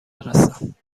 هستند